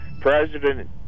President